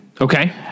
Okay